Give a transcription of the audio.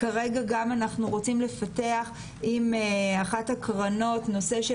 כרגע אנחנו רוצים גם לפתח עם אחת הקרנות את הנושא של